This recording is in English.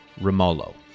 Romolo